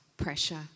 pressure